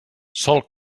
sol